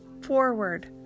forward